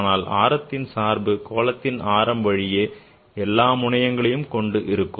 ஆனால் ஆரத்தின் சார்பு கோளத்தின் ஆரம் வழியே அதன் முனையங்களையும் கொண்டு இருக்கும்